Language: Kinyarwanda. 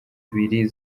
ibiri